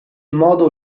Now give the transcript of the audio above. modo